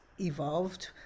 evolved